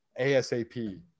ASAP